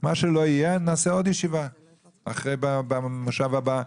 מה שלא יהיה, נקיים עוד ישיבה במושב הבא.